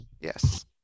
Yes